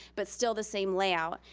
but still the same layout.